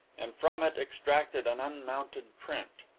and from it extracted an unmounted print.